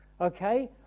Okay